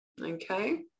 Okay